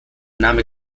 name